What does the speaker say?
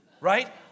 Right